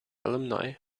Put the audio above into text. alumni